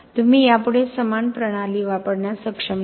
तुम्ही यापुढे समान प्रणाली वापरण्यास सक्षम नाही